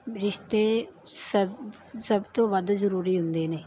ਰਿਸ਼ਤੇ ਸਭ ਸਭ ਤੋਂ ਵੱਧ ਜ਼ਰੂਰੀ ਹੁੰਦੇ ਨੇ